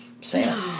Sam